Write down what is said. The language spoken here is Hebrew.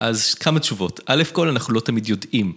אז כמה תשובות, א' כל אנחנו לא תמיד יודעים.